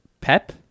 pep